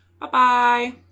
Bye-bye